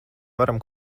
varam